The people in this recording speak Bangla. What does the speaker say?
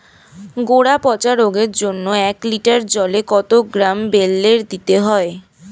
গোড়া পচা রোগের জন্য এক লিটার জলে কত গ্রাম বেল্লের দিতে হবে?